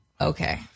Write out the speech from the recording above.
Okay